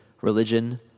religion